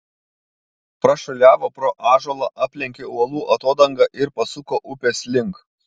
prašuoliavo pro ąžuolą aplenkė uolų atodangą ir pasuko upės link